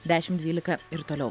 dešim dvylika ir toliau